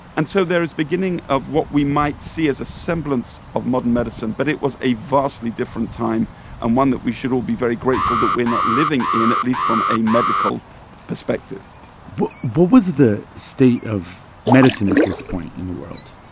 and so there is beginning of what we might see as a semblance of modern medicine, but it was a vastly different time and one that we should all be very grateful that we're not living in, at least from a medical perspective but what was the state of medicine at this point in the world?